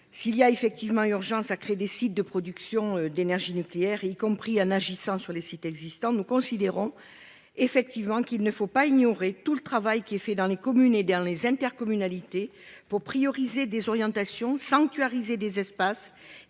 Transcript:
S'il y a urgence à créer des sites de production d'énergie nucléaire, y compris en agissant sur les sites existants, nous considérons qu'il ne faut pas ignorer tout le travail réalisé dans les communes et dans les intercommunalités pour accorder la priorité à certaines orientations, sanctuariser des espaces,